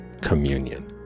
Communion